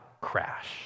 crash